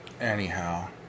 Anyhow